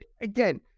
again